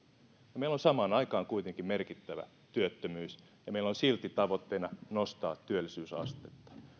meillä on samaan aikaan kuitenkin merkittävä työttömyys meillä on silti tavoitteena nostaa työllisyysastetta